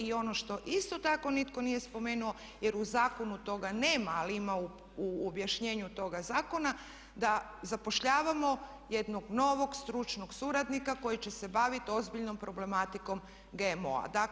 I ono što isto tako nitko nije spomenuo jer u zakonu toga nema ali ima u objašnjenju toga zakona da zapošljavamo jednog novog stručnog suradnika koji će se baviti ozbiljnom problematikom GMO-a.